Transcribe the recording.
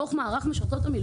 מטפלות וכן הלאה.